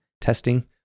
testing